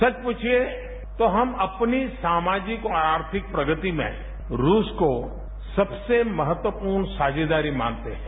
सच प्रछिए तो हम अपनी सामाजिक और आर्थिक प्रगति में रूस को सबसे महत्वपूर्ण साझोदारी मानते हैं